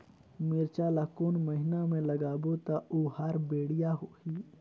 मिरचा ला कोन महीना मा लगाबो ता ओहार बेडिया होही?